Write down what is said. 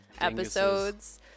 episodes